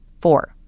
Four